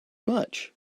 much